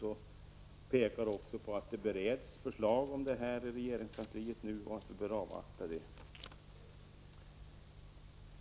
Och vi pekar också på att förslag om detta bereds i regeringskansliet och att vi bör avvakta det.